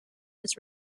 was